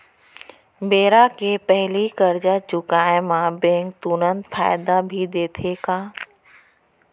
बेरा के पहिली करजा चुकोय म बैंक तुरंत फायदा भी देथे का?